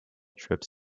trips